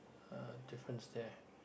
uh difference there